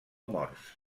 morts